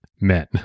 men